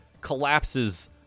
collapses